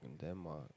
Denmark